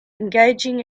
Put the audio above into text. engaging